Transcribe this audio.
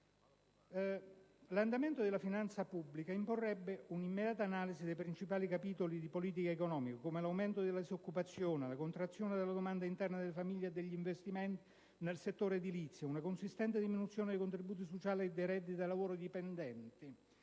L'andamento della finanza pubblica imporrebbe un'immediata analisi dei principali capitoli di politica economica, come l'aumento della disoccupazione, la contrazione della domanda interna delle famiglie e degli investimenti nel settore edilizio, una consistente diminuzione dei contributi sociali e dei redditi da lavoro dipendente